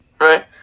Right